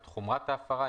את חומרת ההפרה,